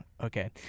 Okay